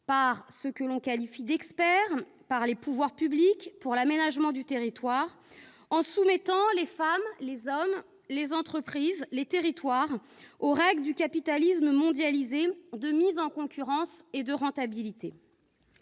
par ceux que l'on qualifie d'experts et par les pouvoirs publics, pour l'aménagement du territoire, qui soumettent les femmes et les hommes, les entreprises et les territoires aux règles du capitalisme mondialisé de mise en concurrence et de rentabilité.